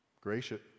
Gracious